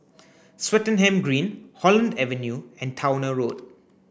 Swettenham Green Holland Avenue and Towner Road